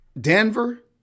Denver